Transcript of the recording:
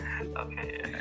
Okay